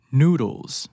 noodles